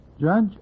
Judge